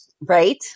Right